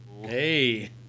Hey